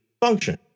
function